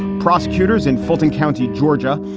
prosecutors in fulton county, georgia,